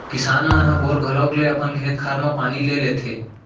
किसान मन ह बोर घलौक ले अपन खेत खार म पानी ले लेथें